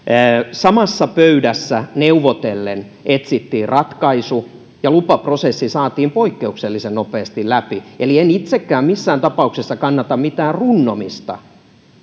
samassa pöydässä neuvotellen etsittiin ratkaisu ja lupaprosessi saatiin poikkeuksellisen nopeasti läpi eli en itsekään missään tapauksessa kannata mitään runnomista